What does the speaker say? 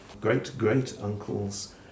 great-great-uncles